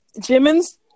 Jimin's